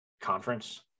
conference